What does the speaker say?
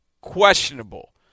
questionable